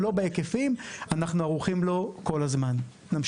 אומנם לא בהיקפים, אבל אנחנו לו כל הזמן ערוכים.